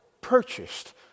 purchased